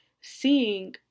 seeing